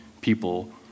people